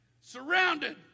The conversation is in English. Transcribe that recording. Surrounded